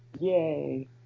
Yay